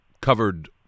covered